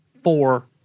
four